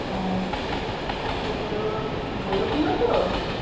হ্যাঁ কুমড়ো ভালো কুমড়ো তো